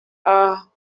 are